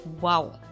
wow